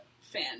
fan